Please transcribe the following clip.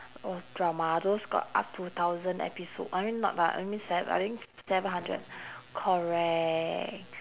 those drama those got up to thousand episode I mean thou~ I mean sev~ I think seven hundred correct